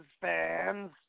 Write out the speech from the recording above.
fans